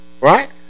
Right